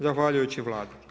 Zahvaljujući Vladi.